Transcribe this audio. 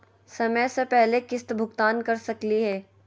समय स पहले किस्त भुगतान कर सकली हे?